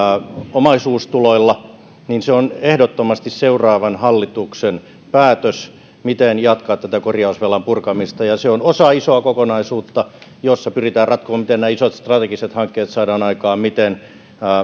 omaisuustuloilla ja se on ehdottomasti seuraavan hallituksen päätös miten jatkaa tätä korjausvelan purkamista se on osa isoa kokonaisuutta jossa pyritään ratkomaan miten nämä isot strategiset hankkeet saadaan aikaan miten